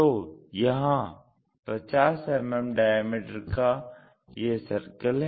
तो यहां यह 50 mm डायामीटर का एक सर्किल है